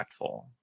impactful